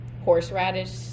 horseradish